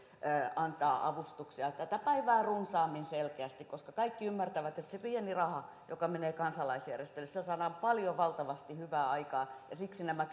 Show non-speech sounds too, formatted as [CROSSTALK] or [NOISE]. antaa avustuksia selkeästi tätä päivää runsaammin koska kaikki ymmärtävät että sillä pienellä rahalla joka menee kansalaisjärjestöille saadaan paljon valtavasti hyvää aikaan ja siksi nämä [UNINTELLIGIBLE]